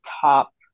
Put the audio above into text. top